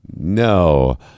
no